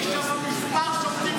יש שם מספר שופטים שמקבלים.